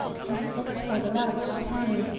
he stopped for the last time,